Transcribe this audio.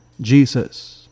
Jesus